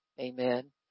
Amen